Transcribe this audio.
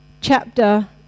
chapter